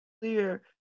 clear